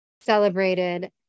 celebrated